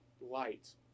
light